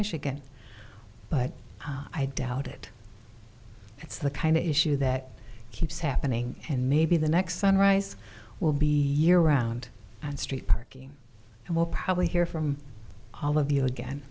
michigan but i doubt it it's the kind of issue that keeps happening and maybe the next sunrise will be year round on street parking and we'll probably hear from all of you again